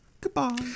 Goodbye